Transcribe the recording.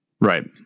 Right